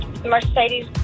Mercedes